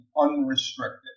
unrestricted